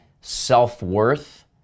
self-worth